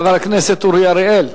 חבר הכנסת אורי אריאל.